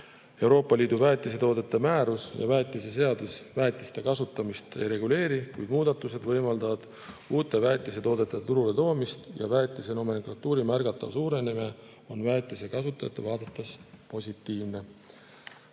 Euroopa Liidu väetisetoodete määrus ja väetiseseadus väetiste kasutamist ei reguleeri, kuid muudatused võimaldavad uute väetisetoodete turule toomist ja väetiste nomenklatuuri märgatav suurenemine on väetise kasutajate vaates positiivne.